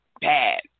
bad